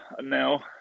now